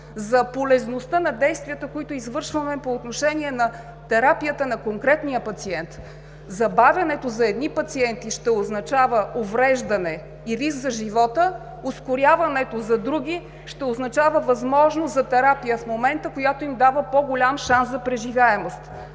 за полезността на действията, които извършваме по отношение на терапията на конкретния пациент. Забавянето за едни пациенти ще означава увреждане и риск за живота, ускоряването за други ще означава възможност за терапия в момента, която им дава по-голям шанс за преживяемост.